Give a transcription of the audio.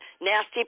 nasty